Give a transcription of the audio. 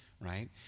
right